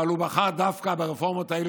אבל הוא בחר דווקא ברפורמות האלה,